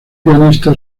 pianista